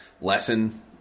lesson